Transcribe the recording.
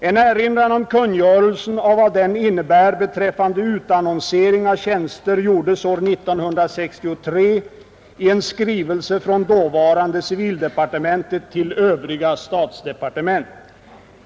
En erinran om kungörelsen och vad den innebär beträffande utannonsering av tjänster gjordes år 1963 i en skrivelse från dåvarande civildepartementet till övriga statsdepartement.